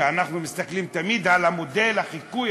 ואנחנו מסתכלים תמיד על מודל החיקוי,